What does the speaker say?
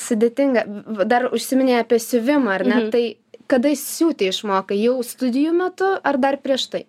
sudėtinga dar užsiminei apie siuvimą ar ne tai kada siūti išmokai jau studijų metu ar dar prieš tai